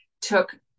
took